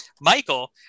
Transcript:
michael